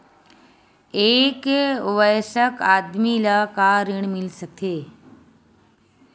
एक वयस्क आदमी ला का ऋण मिल सकथे?